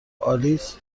آلیس